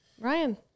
Ryan